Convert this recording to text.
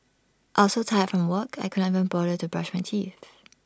I was so tired from work I could not even bother to brush my teeth